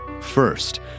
First